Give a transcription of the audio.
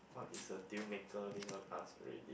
what is a deal maker this one ask already